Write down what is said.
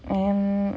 and